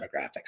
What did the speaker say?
demographics